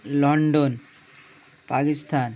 London Pakistan